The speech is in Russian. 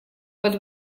под